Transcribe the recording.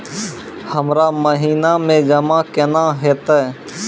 हमरा महिना मे जमा केना हेतै?